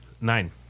Nine